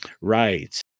Right